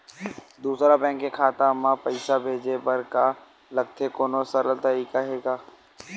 दूसरा बैंक के खाता मा पईसा भेजे बर का लगथे कोनो सरल तरीका हे का?